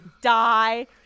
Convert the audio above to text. die